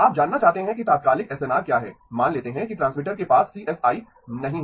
आप जानना चाहते हैं कि तात्कालिक एसएनआर क्या है मान लेते हैं कि Tx के पास सीएसआई नहीं है